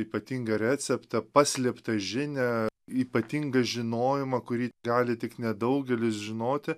ypatingą receptą paslėptą žinią ypatingą žinojimą kurį gali tik nedaugelis žinoti